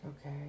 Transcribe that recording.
Okay